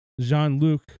Jean-Luc